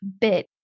bit